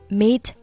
meet